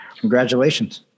Congratulations